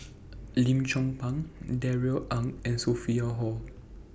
Lim Chong Pang Darrell Ang and Sophia Hull